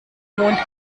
mond